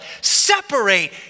separate